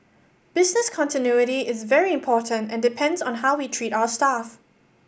business continuity is very important and depends on how we treat our staff